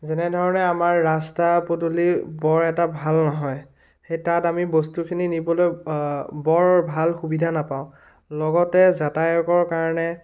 যেনেধৰণে আমাৰ ৰাস্তা পদূলি বৰ এটা ভাল নহয় সেইটাত আমি বস্তুখিনি নিবলৈ বৰ ভাল সুবিধা নাপাওঁ লগতে যাতায়কৰ কাৰণে